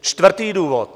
Čtvrtý důvod.